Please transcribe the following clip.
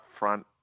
upfront